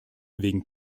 wegen